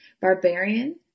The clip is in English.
barbarian